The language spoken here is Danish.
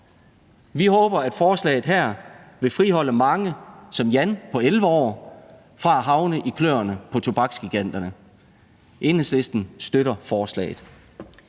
Vi håber, at forslaget her vil friholde mange som Jan på 11 år fra at havne i kløerne på tobaksgiganterne. Enhedslisten støtter forslaget.